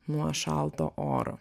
nuo šalto oro